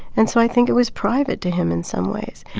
and so i think it was private to him in some ways.